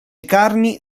carni